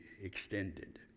extended